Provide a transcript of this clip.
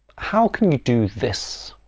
how can you do this?